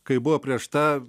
kai buvo prieš tą